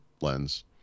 lens